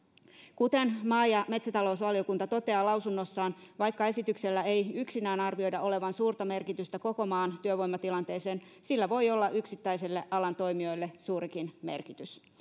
kuten maa ja metsätalousvaliokunta toteaa lausunnossaan vaikka esityksellä ei yksinään arvioida olevan suurta merkitystä koko maan työvoimatilanteeseen sillä voi olla yksittäisille alan toimijoille suurikin merkitys